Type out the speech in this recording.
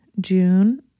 June